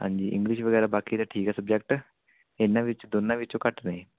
ਹਾਂਜੀ ਇੰਗਲਿਸ਼ ਵਗੈਰਾ ਬਾਕੀ ਤਾਂ ਠੀਕ ਹੈ ਸਬਜੈਕਟ ਇਹਨਾਂ ਵਿੱਚ ਦੋਨਾਂ ਵਿੱਚੋਂ ਘੱਟ ਨੇ